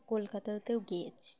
কলকাতাতেও গিয়েছি